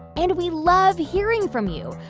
and we love hearing from you.